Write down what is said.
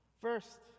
First